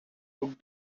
put